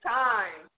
time